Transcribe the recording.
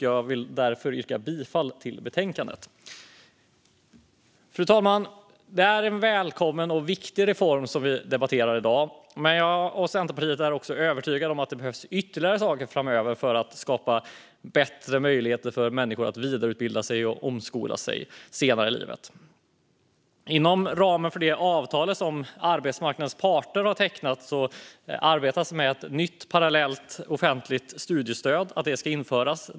Jag yrkar därför bifall till utskottets förslag i betänkandet. Fru talman! Det är en välkommen och viktig reform som vi debatterar i dag. Men jag och Centerpartiet är övertygade om att det behövs ytterligare saker framöver för att skapa bättre möjligheter för människor att vidareutbilda sig och omskola sig senare i livet. Inom ramen för det avtal som arbetsmarknadens parter har tecknat arbetas med att ett nytt parallellt offentligt studiestöd ska införas.